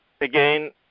again